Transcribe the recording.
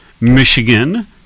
Michigan